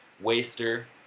Waster